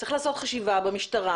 צריך לעשות חשיבה במשטרה,